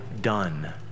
done